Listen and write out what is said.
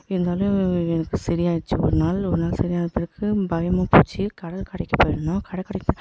இருந்தாலும் எனக்கு சரியாயிடுச்சு ஒருநாள் ஒருநாள் சரியாகததுக்கு பயமுறுத்திச்சி கடற்கரைக்கு போய்ருந்தோம் கடற்கரைக்கு